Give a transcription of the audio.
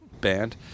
band